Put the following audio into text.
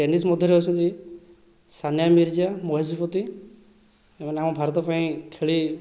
tennis ମଧ୍ୟରେ ଅଛନ୍ତି ସାନିଆ ମିର୍ଜା ମହେଶ ଭୂପତି ଏମାନେ ଆମ ଭାରତ ପାଇଁ ଖେଳି